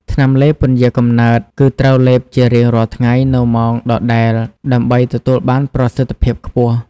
ថ្នាំលេបពន្យារកំណើត គឺត្រូវលេបជារៀងរាល់ថ្ងៃនៅម៉ោងដដែលដើម្បីទទួលបានប្រសិទ្ធភាពខ្ពស់។